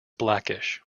blackish